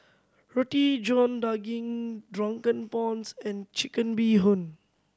Roti John Daging Drunken Prawns and Chicken Bee Hoon